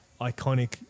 iconic